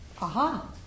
aha